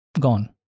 gone